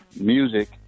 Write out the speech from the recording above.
music